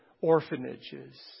orphanages